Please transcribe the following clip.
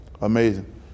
amazing